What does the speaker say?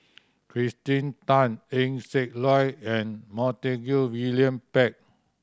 Kirsten Tan Eng Siak Loy and Montague William Pett